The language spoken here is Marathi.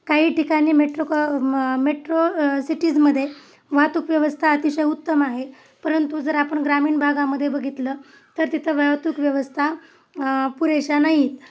काही ठिकाणी मेट्रो कॉ म मेट्रो सिटीजमध्ये वाहतूक व्यवस्था अतिशय उत्तम आहे परंतु जर आपण ग्रामीण भागामध्ये बघितलं तर तिथं वाहतूक व्यवस्था पुरेशा नाही आहेत